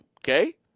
Okay